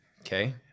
Okay